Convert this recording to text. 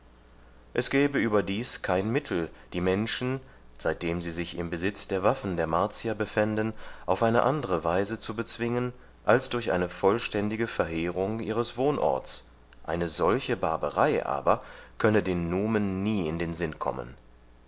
es gäbe überdies kein mittel die menschen seitdem sie sich im besitz der waffen der martier befänden auf eine andre weise zu bezwingen als durch eine vollständige verheerung ihres wohnorts eine solche barbarei aber könne den numen nie in den sinn kommen